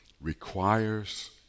requires